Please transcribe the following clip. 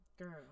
girl